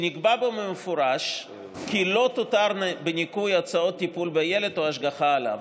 שנקבע בו במפורש כי לא תותרנה בניכוי הוצאות טיפול בילד או השגחה עליו.